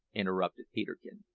interrupted peterkin.